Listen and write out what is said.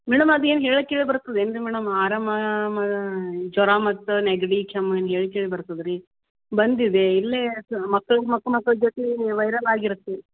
madam ಅದೇನು ಹೇಳಿ ಕೇಳಿ ಬರ್ತದೇನು ರೀ ಮೇಡಮ್ ಆರಾಮ ಮ ಜ್ವರ ಮತ್ತು ನೆಗಡಿ ಕೆಮ್ಮು ಏನು ಹೇಳ್ ಕೇಳಿ ಬರ್ತದಾ ರೀ ಬಂದಿದೆ ಇಲ್ಲೇ ಅದು ಮಕ್ಕಳು ಮಕ್ಳು ಮಕ್ಳ ಜೊತೆ ವೈರಲ್ ಆಗಿರುತ್ತೆ